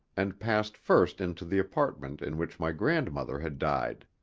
and passed first into the apartment in which my grandmother had died.